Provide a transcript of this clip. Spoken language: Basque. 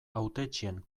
hautetsien